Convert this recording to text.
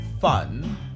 fun